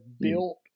built